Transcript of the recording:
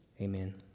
Amen